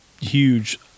huge